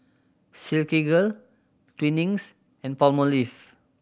Silkygirl Twinings and Palmolive